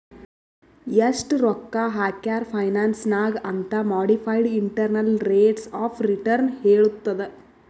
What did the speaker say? ಎಸ್ಟ್ ರೊಕ್ಕಾ ಹಾಕ್ಯಾರ್ ಫೈನಾನ್ಸ್ ನಾಗ್ ಅಂತ್ modified internal rates of return ಹೇಳತ್ತುದ್